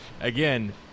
again